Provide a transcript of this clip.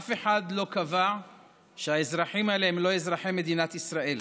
אף אחד לא קבע שהאזרחים האלה הם לא אזרחי מדינת ישראל.